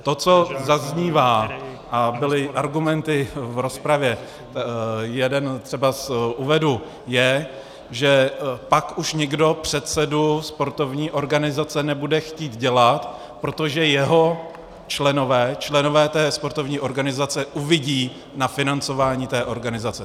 To, co zaznívá, a byly argumenty v rozpravě, jeden třeba uvedu, je, že pak už nikdo předsedu sportovní organizace nebude chtít dělat, protože jeho členové, členové té sportovní organizace, uvidí na financování té organizace.